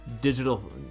digital